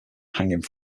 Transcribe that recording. hanging